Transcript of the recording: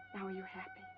are you happy?